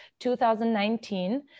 2019